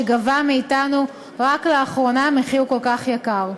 שגבה מאתנו רק לאחרונה מחיר כל כך יקר.